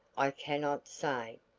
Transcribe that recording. i cannot say.